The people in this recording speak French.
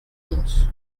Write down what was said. mons